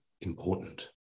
important